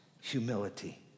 humility